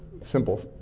simple